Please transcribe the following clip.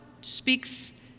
speaks